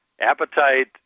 appetite